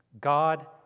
God